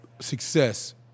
success